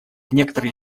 некоторые